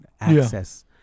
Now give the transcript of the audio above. access